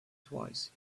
twice